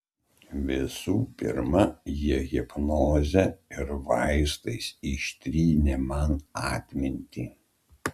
visų pirma jie hipnoze ir vaistais ištrynė man atmintį